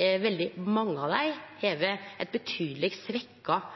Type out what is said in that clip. Veldig mange av politidistrikta har eit betydeleg